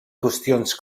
qüestions